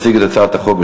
יציג את הצעת החוק,